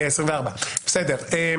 בסדר.